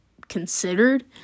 considered